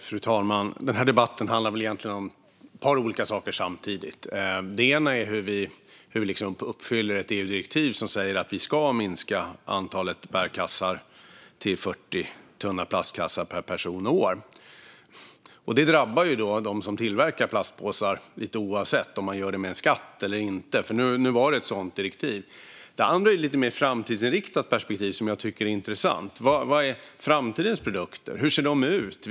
Fru talman! Den här debatten handlar egentligen om ett par olika saker samtidigt. En handlar om hur vi uppfyller ett EU-direktiv som säger att vi ska minska antalet bärkassar till 40 tunna plastkassar per person och år. Det drabbar dem som tillverkar plastpåsar oavsett skatt eller inte. Nu var det ett sådant direktiv. Den andra saken handlar om ett mer framtidsinriktat perspektiv, som jag tycker är intressant. Vilka är framtidens produkter? Hur ser de ut?